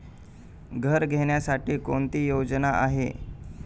घर घेण्यासाठी कोणती योजना आहे?